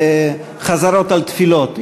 בחזרות על תפילות,